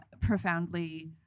profoundly